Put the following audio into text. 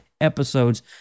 episodes